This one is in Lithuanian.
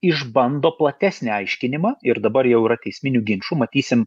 išbando platesnį aiškinimą ir dabar jau yra teisminių ginčų matysim